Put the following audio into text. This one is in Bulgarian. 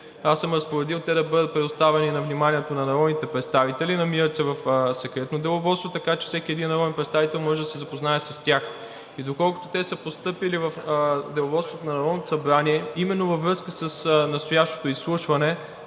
Аз съм разпоредил те да бъдат предоставени на вниманието на народните представители, намират се в Секретно деловодство. Така че всеки един народен представител може да се запознае с тях. Доколкото те са постъпили в Деловодството на Народното събрание именно във връзка с настоящото изслушване